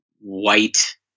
white